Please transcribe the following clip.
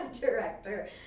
director